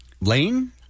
lane